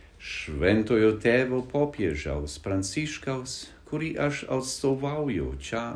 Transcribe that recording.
šventojo tėvo popiežiaus pranciškaus kurį aš atstovauju čia